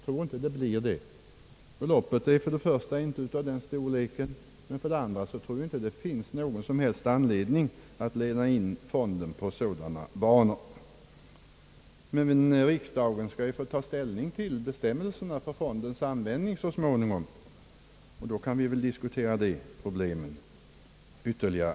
För det första är inte beloppet av den storleken, och för det andra tror jag inte det finns någon som helst anledning att leda in fonden på sådana banor. Riksdagen skall ju ta ställning till bestämmelserna för fondens användning, och då kan vi diskutera problemet ytterligare.